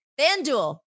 FanDuel